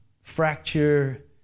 fracture